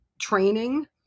training